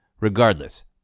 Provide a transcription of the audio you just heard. Regardless